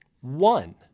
One